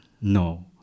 no